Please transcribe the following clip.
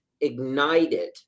ignited